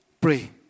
pray